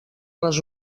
les